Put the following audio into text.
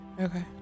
Okay